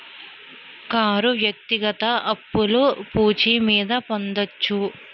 car వ్యక్తిగత అప్పులు పూచి మీద పొందొచ్చు